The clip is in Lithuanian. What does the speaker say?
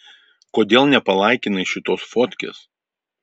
kodėl nepalaikinai šitos fotkės